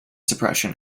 suppression